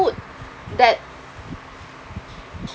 food that